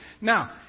Now